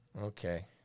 Okay